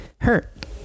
hurt